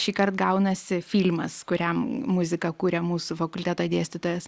šįkart gaunasi filmas kuriam muziką kuria mūsų fakulteto dėstytojas